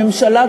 הממשלה,